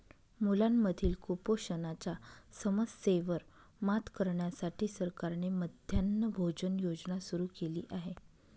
मुलांमधील कुपोषणाच्या समस्येवर मात करण्यासाठी सरकारने मध्यान्ह भोजन योजना सुरू केली आहे